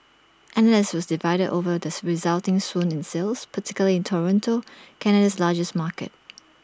analysts was divided over this resulting swoon in sales particularly in Toronto Canada's largest market